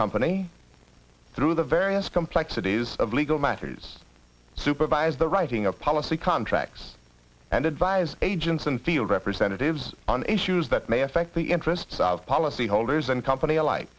company through the various complexities of legal matters supervise the writing of policy contracts and advise agents and field representatives on issues that may affect the interests of policyholders and company alike